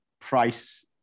price